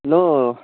लो